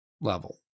level